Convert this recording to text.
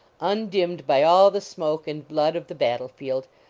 undimmed by all the smoke and blood of the battle-field.